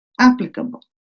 applicable